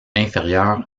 inférieur